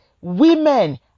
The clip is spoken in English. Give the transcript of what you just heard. women